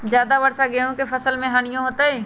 ज्यादा वर्षा गेंहू के फसल मे हानियों होतेई?